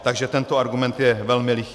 Takže tento argument je velmi lichý.